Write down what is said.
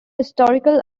historical